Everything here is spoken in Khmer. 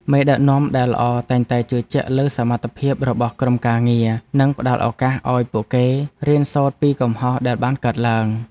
មេដឹកនាំដែលល្អតែងតែជឿជាក់លើសមត្ថភាពរបស់ក្រុមការងារ និងផ្តល់ឱកាសឱ្យពួកគេរៀនសូត្រពីកំហុសដែលបានកើតឡើង។